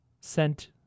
sent